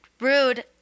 Rude